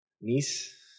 Niece